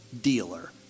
dealer